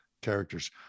characters